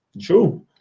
true